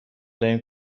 دهیم